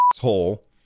hole